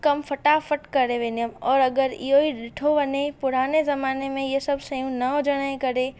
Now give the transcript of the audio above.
कमु फ़टाफट करे वेंदी हुअमि और अगरि इहो ई ॾिठो वञे पुराने ज़माने में इहो सभु शयूं न हुजण जे करे